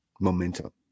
momentum